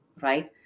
right